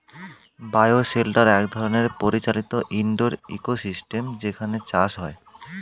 bio shelter এক ধরনের পরিচালিত ইন্ডোর ইকোসিস্টেম যেখানে চাষ হয়